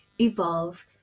evolve